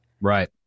Right